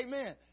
Amen